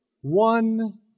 one